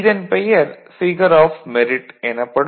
இதன் பெயர் figure of merit எனப்படும்